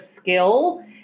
skill